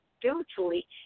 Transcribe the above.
spiritually